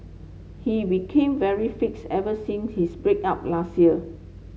he became very fits ever since his break up last year